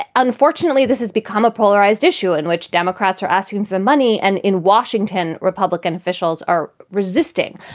ah unfortunately, this has become a polarized issue in which democrats are asking for money. and in washington, republican officials are resisting.